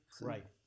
Right